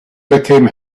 became